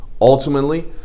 ultimately